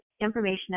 information